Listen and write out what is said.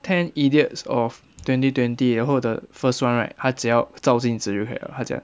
ten idiots of twenty twenty 然后 the first one right 他只要照镜子就可以 liao 他讲